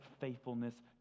faithfulness